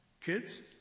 Kids